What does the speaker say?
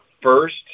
first